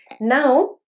Now